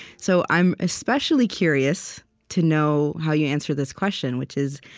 so i'm especially curious to know how you answer this question, which is,